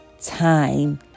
time